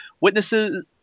Witnesses